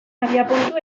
abiapuntu